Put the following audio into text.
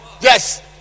Yes